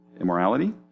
immorality